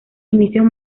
inicios